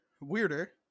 weirder